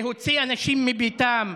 להוציא אנשים מביתם.